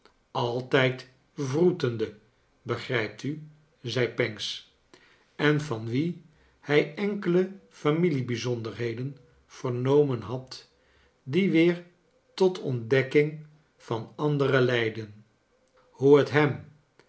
altijd wroetende begrijpt u zei pancks en van wie hij enkele familie bijzonderhedeii vernomen had die weer tot ontdekking van andere leidden hoe het hem